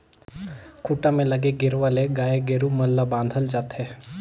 खूंटा में लगे गेरवा ले गाय गोरु मन ल बांधल जाथे